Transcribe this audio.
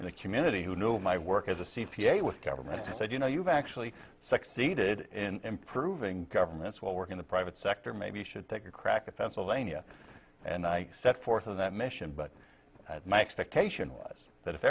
in the community who knew my work as a c p a with government said you know you've actually succeeded in improving governance will work in the private sector maybe you should take a crack at pennsylvania and i set forth on that mission but my expectation was that if